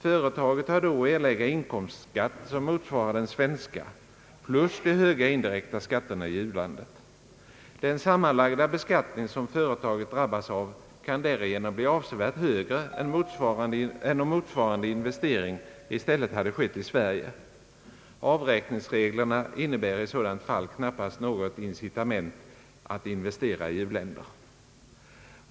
Företaget har då att erlägga en inkomstskatt som motsvarar den svenska plus de höga indirekta skatterna i u-landet. Den sammanlagda beskattning som företaget drabbas av kan därigenom bli avsevärt högre än om motsvarande investering i stället hade skett i Sverige. Avräkningsreglerna innebär i sådana fall knappast något incitament att investera i u-länder.